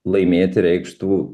laimėti reikštų